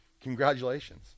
congratulations